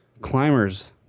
Climbers